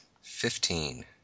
Fifteen